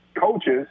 coaches